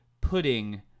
pudding